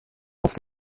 auf